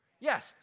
Yes